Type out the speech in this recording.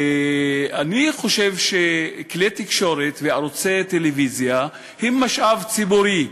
אני חושב שכלי תקשורת וערוצי טלוויזיה הם משאב ציבורי.